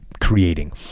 creating